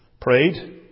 prayed